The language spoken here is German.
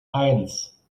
eins